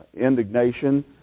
indignation